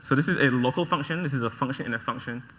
so this is a local function. this is a function in a function.